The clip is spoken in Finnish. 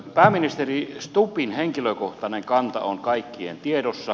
pääministeri stubbin henkilökohtainen kanta on kaikkien tiedossa